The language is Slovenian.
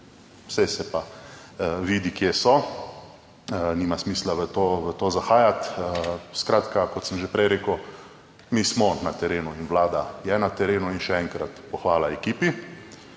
saj se pa vidi kje so, nima smisla v to zahajati. Skratka, kot sem že prej rekel, mi smo na terenu in Vlada je na terenu in še enkrat pohvala ekipi.